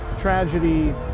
tragedy